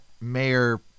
mayor